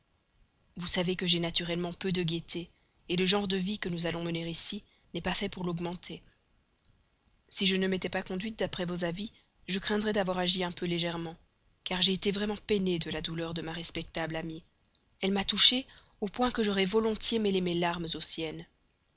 vous savez que j'ai naturellement peu de gaieté le genre de vie que nous allons mener ici n'est pas fait pour l'augmenter si je ne m'étais pas conduite d'après vos avis je craindrais d'avoir agi peut être un peu légèrement car j'ai été vraiment peinée de la douleur de ma respectable amie elle m'a touchée au point que j'aurais volontiers mêlé mes larmes aux